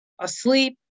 asleep